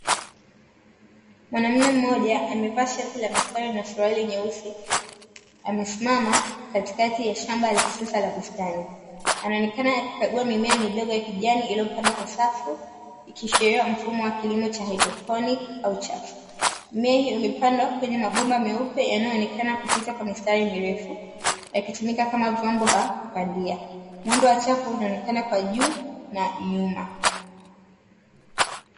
Mwanaume mmoja amevaa shati la mistari na suruali nyeusi amesimama katikati ya shamba la kisasa la bustani, anaonekana akikagua mimea midogo ya kijani iliyopangwa kwa safu ikiashiria mfumo wa kilimo cha hydropon au chafu. Mimea imepandwa kwenye mabomba meupe yanayoonekana kupita kwa mistari mirefu yakitumika kama vyombo vya kupandia muundo wa chafu unaonekana kwa juu na nyuma.